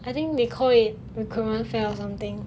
I think they call it recruitment fair or something